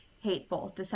hateful